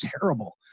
terrible